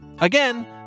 Again